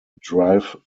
drive